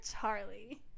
Charlie